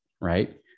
right